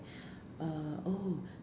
uh oh